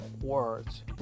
words